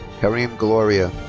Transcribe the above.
karime gloria.